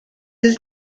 his